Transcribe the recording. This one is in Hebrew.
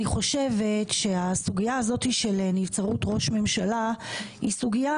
אני חושבת שהסוגייה של נבצרות ראש ממשלה היא סוגייה